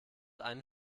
einen